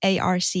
ARC